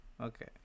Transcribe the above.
okay